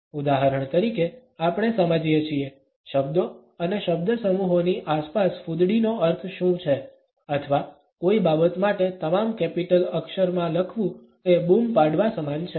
ઉદાહરણ તરીકે આપણે સમજીએ છીએ શબ્દો અને શબ્દસમૂહોની આસપાસ ફૂદડી નો અર્થ શું છે અથવા કોઇ બાબત માટે તમામ કેપિટલ અક્ષર માં લખવું એ બૂમ પાડવા સમાન છે